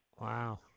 Wow